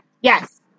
Yes